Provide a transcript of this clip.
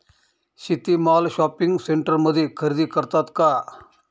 शेती माल शॉपिंग सेंटरमध्ये खरेदी करतात का?